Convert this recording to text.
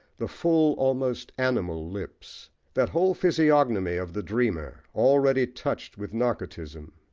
the full, almost animal lips that whole physiognomy of the dreamer, already touched with narcotism.